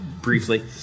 briefly